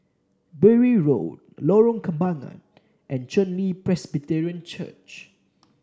Bury Road Lorong Kembagan and Chen Li Presbyterian Church